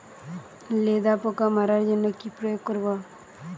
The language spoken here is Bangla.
লেদা পোকা মারার জন্য কি প্রয়োগ করব?